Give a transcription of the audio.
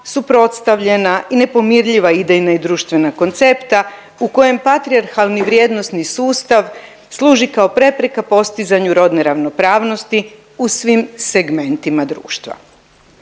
suprotstavljena i nepomirljiva idejna i društvena koncepta u kojem patrijarhalni vrijednosni sustav služi kao prepreka postizanju rodne ravnopravnosti u svim segmentima društva.